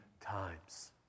times